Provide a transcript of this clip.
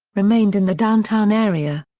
remained in the downtown area.